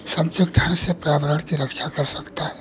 अच्छे ढंग से पर्यावरण की रक्षा कर सकता है